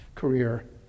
career